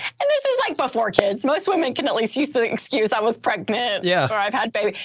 and this is like before kids, most women can at least use the excuse i was pregnant yeah or i've had baby,